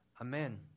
Amen